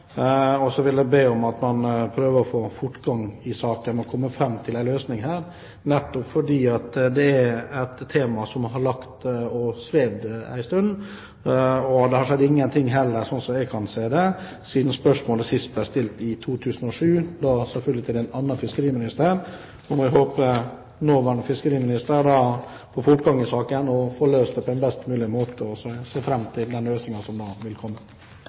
Så vil jeg be om at man prøver å få fortgang i saken og kommer fram til en løsning, nettopp fordi det er et tema som har ligget og svevd en stund. Det har heller ikke – sånn som jeg kan se det – skjedd noe siden spørsmålet sist ble stilt, i 2007, da selvfølgelig til en annen fiskeriminister. Jeg håper nåværende fiskeriminister får fortgang i saken og får løst den på en best mulig måte, og jeg ser fram til den løsningen som da vil komme.